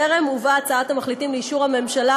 טרם הובאה הצעת מחליטים לאישור הממשלה,